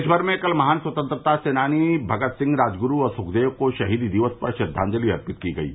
देशभर में कल महान स्वतंत्रता सेनानी भगत सिंह राजगुरू और सुखदेव को शहीदी दिवस पर श्रद्वांजलि अर्पित की गयी